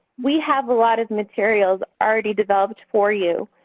we have a lot of materials already developed for you.